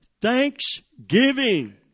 thanksgiving